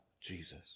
Jesus